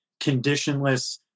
conditionless